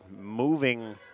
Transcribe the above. moving